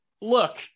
look